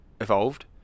evolved